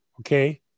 okay